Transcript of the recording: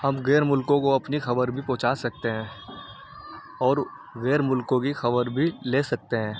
ہم غیر ملکوں کو اپنی خبر بھی پہنچا سکتے ہیں اور غیر ملکوں کی خبر بھی لے سکتے ہیں